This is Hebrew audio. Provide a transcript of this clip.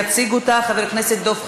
יציג אותה חבר הכנסת דב חנין,